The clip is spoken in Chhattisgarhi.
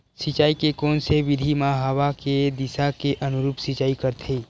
सिंचाई के कोन से विधि म हवा के दिशा के अनुरूप सिंचाई करथे?